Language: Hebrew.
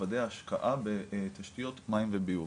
לוודא השקעה בתשתיות מים וביוב,